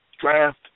draft